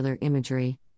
Imagery